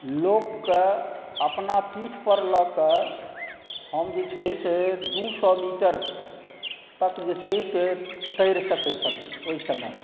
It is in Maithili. लोकके अपना पीठपर लऽ कऽ हम जे छै से दू सओ मीटर तक जे छै से तैर सकै छलहुँ ओहि समयमे